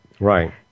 Right